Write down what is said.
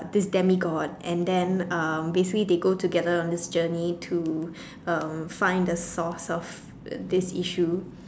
this demigod and then uh basically they go together on this journey to uh find the source of this issue